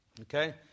okay